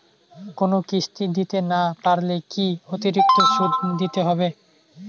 কোনো কিস্তি দিতে না পারলে কি অতিরিক্ত সুদ দিতে হবে?